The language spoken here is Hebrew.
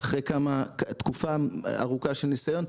אחרי תקופה ארוכה של ניסיון,